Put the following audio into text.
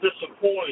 disappoint